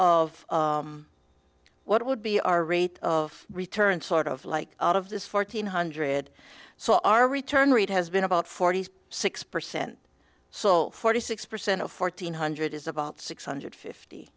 of what would be our rate of return sort of like out of this fourteen hundred so our return rate has been about forty six percent so forty six percent of fourteen hundred is about six hundred